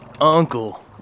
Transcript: uncle